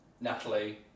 Natalie